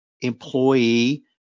employee